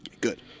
Good